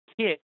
kit